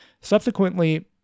Subsequently